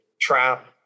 trap